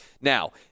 Now